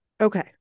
Okay